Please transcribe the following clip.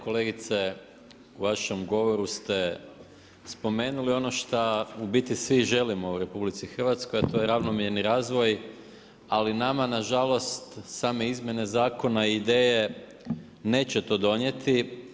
Kolegice u vašem govoru ste spomenuli ono šta u biti svi želimo u RH, a to je ravnomjerni razvoj, ali nama nažalost same izmjene zakona i ideje neće to donijeti.